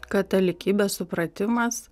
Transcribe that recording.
katalikybės supratimas